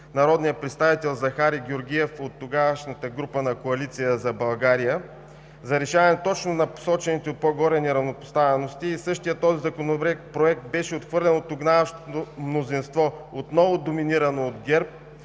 народния представител Захари Георгиев от тогавашната група на „Коалиция за България“, за решаване точно на посочените по-горе неравнопоставености и същият този законопроект беше отхвърлен от тогавашното мнозинство, отново доминирано от ГЕРБ,